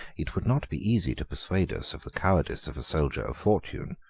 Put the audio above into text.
it would not be easy to persuade us of the cowardice of a soldier of fortune,